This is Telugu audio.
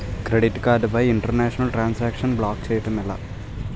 క్రెడిట్ కార్డ్ పై ఇంటర్నేషనల్ ట్రాన్ సాంక్షన్ బ్లాక్ చేయటం ఎలా?